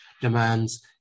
demands